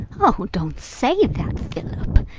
oh, don't say that, philip!